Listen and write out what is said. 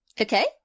Okay